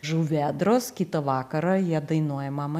žuvėdros kitą vakarą jie dainuoja mama